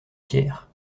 tiers